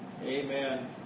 Amen